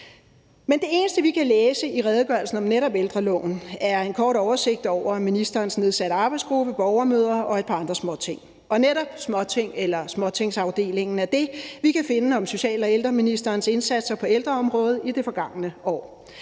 Men det eneste, vi kan læse i redegørelsen om netop ældreloven, er en kort oversigt over ministerens nedsatte arbejdsgruppe, borgermøder og et par andre småting. Netop i småtingsafdelingen er det, vi kan finde om social- og ældreministerens indsatser på ældreområdet i det forgangne år.